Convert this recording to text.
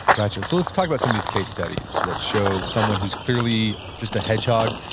gotcha. so let's talk about some of these case studies that show someone who's clearly just a hedgehog